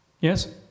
Yes